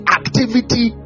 activity